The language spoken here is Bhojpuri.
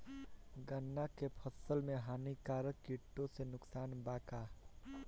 गन्ना के फसल मे हानिकारक किटो से नुकसान बा का?